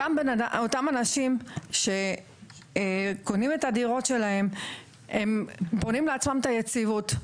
אותם אנשים שקונים את הדירות שלהם הם בונים לעצמם את היציבות,